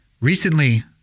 Recently